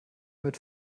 mit